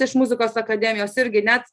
iš muzikos akademijos irgi net